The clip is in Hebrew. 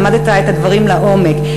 למדת את הדברים לעומק.